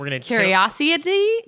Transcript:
curiosity